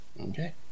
Okay